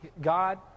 God